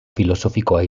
filosofikoa